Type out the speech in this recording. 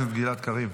חבר הכנסת גלעד קריב,